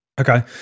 Okay